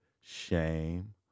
shame